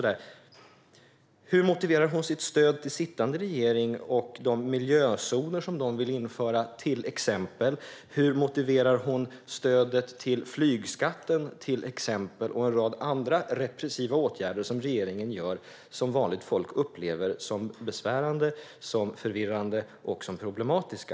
Hur motiverar hon sitt stöd till sittande regering och de miljözoner som man vi införa? Hur motiverar hon stödet till flygskatten och en rad andra repressiva åtgärder som regeringen vidtar och som vanligt folk upplever som besvärliga, förvirrande och problematiska?